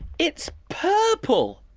it's purple.